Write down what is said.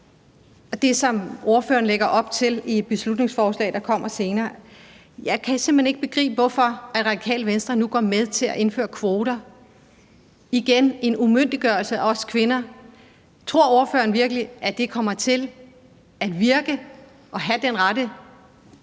det, som ordføreren lægger op til med et beslutningsforslag, der kommer senere. Jeg kan simpelt hen ikke begribe, hvorfor Radikale Venstre nu går med til at indføre kvoter; igen er det en umyndiggørelse af os kvinder. Tror ordføreren virkelig, at det kommer til at have den rette